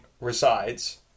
resides